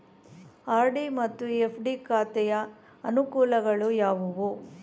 RD ಮತ್ತು FD ಖಾತೆಯ ಅನುಕೂಲಗಳು ಯಾವುವು?